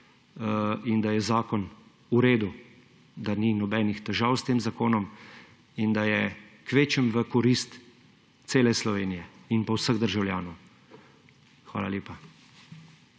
in da je zakon v redu, da ni nobenih težav s tem zakonom, in da je kvečjemu v korist cele Slovenije in a vsem državljanov. Hvala lepa.